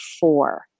four